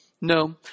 No